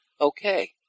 okay